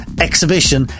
exhibition